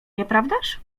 nieprawdaż